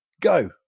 go